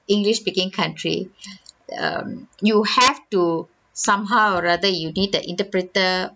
english speaking country um you have to somehow or rather you need the interpreter